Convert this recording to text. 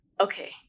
Okay